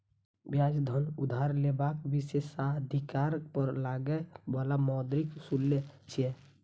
ब्याज धन उधार लेबाक विशेषाधिकार पर लागै बला मौद्रिक शुल्क छियै